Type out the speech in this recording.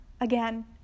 again